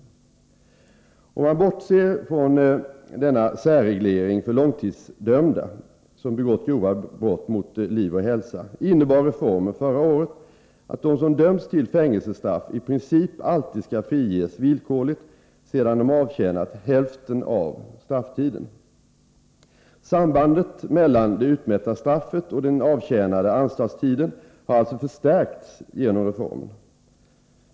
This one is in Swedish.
Om man bortser från särregleringen för långtidsdömda som begått grova brott mot liv och hälsa, innebar reformen förra året att de som dömts till fängelsestraff i princip alltid skall friges villkorligt sedan de avtjänat hälften av strafftiden. Sambandet mellan det utmätta straffet och den avtjänade anstaltstiden har alltså förstärkts genom reformen.